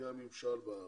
ונציגי הממשל בארץ.